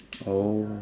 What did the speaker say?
oh